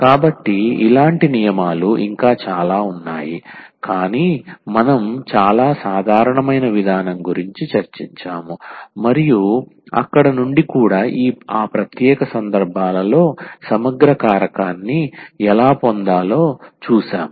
కాబట్టి ఇలాంటి నియమాలు ఇంకా చాలా ఉన్నాయి కాని మనం చాలా సాధారణమైన విధానం గురించి చర్చించాము మరియు అక్కడ నుండి కూడా ఆ ప్రత్యేక సందర్భాలలో సమగ్ర కారకాన్ని ఎలా పొందాలో చూశాము